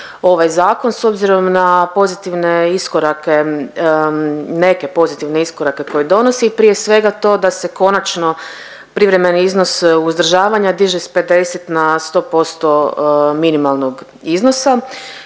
ovaj zakon s obzirom na pozitivne iskorake, neke pozitivne iskorake koje donosi, prije svega to da se konačno privremeni iznos uzdržavanja diže s 50 na 100% minimalnog iznosa